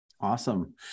Awesome